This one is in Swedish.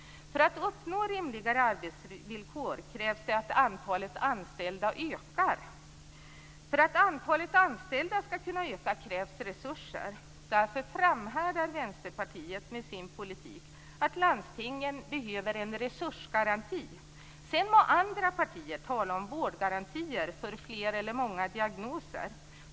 För att uppnå rimligare arbetsvillkor krävs det att antalet anställda ökar. För att antalet anställda skall kunna ökas krävs resurser. Därför framhärdar Vänsterpartiet med sin politik att landstingen behöver en resursgaranti. Sedan må andra partier tala om vårdgarantier för fler eller många diagnoser.